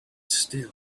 still